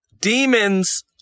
demons